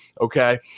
Okay